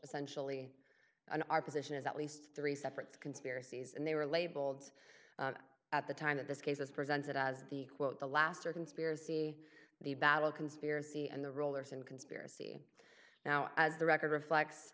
essentially an opposition as at least three separate conspiracies and they were labeled at the time that this case was presented as the quote the last or conspiracy the battle conspiracy and the rollers and conspiracy now as the record reflects